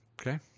Okay